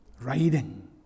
Riding